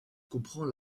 comprend